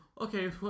Okay